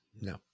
no